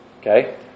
Okay